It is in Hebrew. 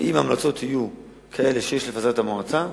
ואם ההמלצות יהיו כאלה שיש לפזר את המועצה,